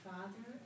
Father